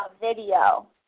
video